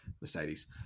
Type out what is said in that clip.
Mercedes